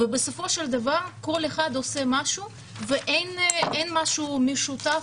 ובסופו של דבר כל אחד עושה משהו ואין משהו משותף